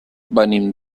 venim